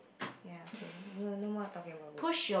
ya okay no more talking about books